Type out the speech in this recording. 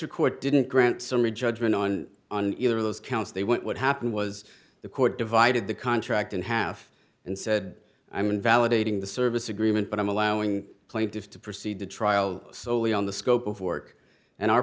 record didn't grant summary judgment on on either of those counts they went what happened was the court divided the contract in half and said i'm invalidating the service agreement but i'm allowing plaintiffs to proceed to trial solely on the scope of work and our